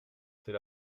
c’est